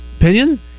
Opinion